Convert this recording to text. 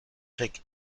check